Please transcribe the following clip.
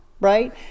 right